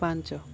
ପାଞ୍ଚ